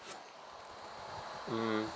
mm